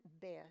best